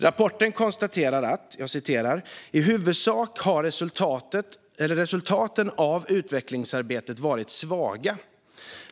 Rapporten konstaterar att "i huvudsak har resultaten av utvecklingsarbetet varit svaga".